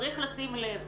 צריך לשים לב,